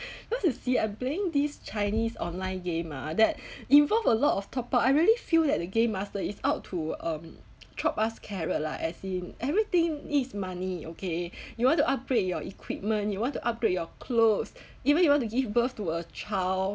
cause you see I'm playing these chinese online game ah that involve a lot of top-up I really feel that the game master is out to um chop us carrot lah as in everything is money okay you want to upgrade your equipment you want to upgrade your clothes even you want to give birth to a child